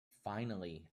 finally